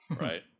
Right